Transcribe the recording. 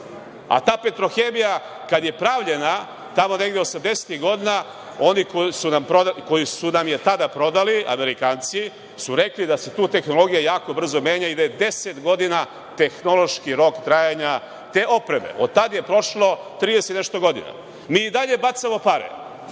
A ta „Petrohemija“ kad je pravljena tamo negde osamdesetih godina, oni koji su nam je tada prodali, Amerikanci, su rekli da se tu tehnologija jako brzo menja i da deset godina tehnološki rok trajanja te opreme. Od tada je prošlo trideset i nešto godina. Mi i dalje bacamo pare.